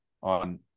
on